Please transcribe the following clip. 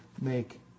make